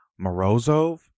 Morozov